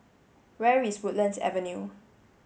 where is Woodlands Avenue